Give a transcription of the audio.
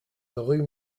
rue